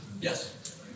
Yes